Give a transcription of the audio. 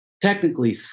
technically